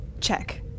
Check